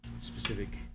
specific